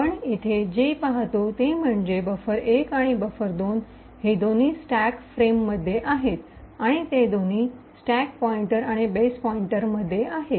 आपण येथे जे पाहतो ते म्हणजे बफर१ आणि बफर२ हे दोन्ही स्टॅक फ्रेममध्ये आहेत आणि ते दोन्ही स्टॅक पॉईंटर आणि बेस पॉईंटर मध्ये आहेत